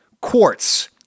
Quartz